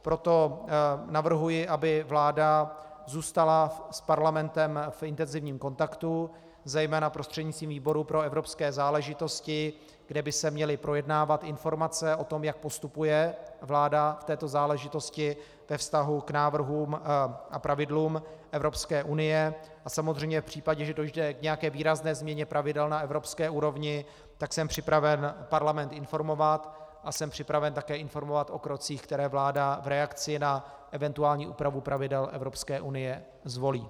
Proto navrhuji, aby vláda zůstala s parlamentem v intenzivním kontaktu, zejména prostřednictvím výboru pro evropské záležitosti, kde by se měly projednávat informace o tom, jak postupuje vláda v této záležitosti ve vztahu k návrhům a pravidlům Evropské unie, a samozřejmě v případě, že dojde k nějaké výrazné změně pravidel na evropské úrovni, tak jsem připraven parlament informovat a jsem připraven také informovat o krocích, které vláda v reakci na eventuální úpravu pravidel Evropské unie zvolí.